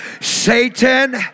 satan